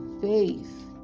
faith